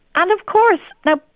and of course, but